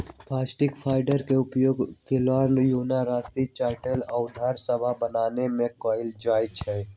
bast fibre के उपयोग कालीन, यार्न, रस्सी, चटाइया आउरो सभ बनाबे में कएल जाइ छइ